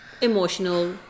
emotional